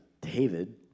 David